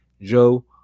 Joe